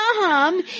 mom